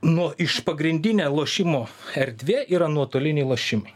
nuo iš pagrindinė lošimo erdvė yra nuotoliniai lošimai